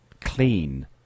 clean